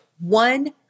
one